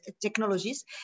technologies